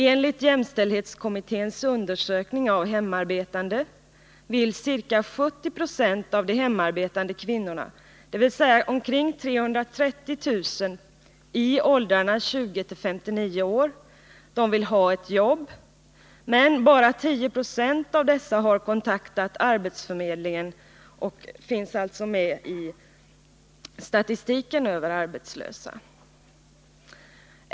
Enligt jämställdhetskommitténs undersökning av hemarbetande vill ca 70 70 av de hemarbetande kvinnorna, dvs. omkring 330 000 i åldrarna 20-59 år, ha ett jobb, men bara 10 96 av dessa har kontaktat arbetsförmedlingen och finns med i statistiken över arbetslösa.